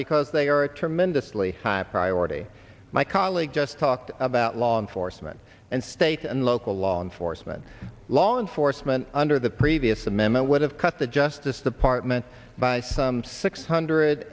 because they are a tremendously high priority my colleague just talked about law enforcement and state and local law enforcement law enforcement under the previous the memo would have cut the justice department by some six hundred